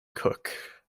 cooke